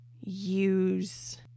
use